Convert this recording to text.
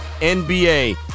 NBA